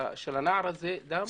הנער הזה דם,